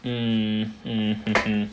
mm mm mm mm